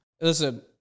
Listen